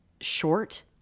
short